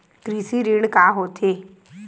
कृषि ऋण का होथे?